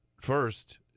first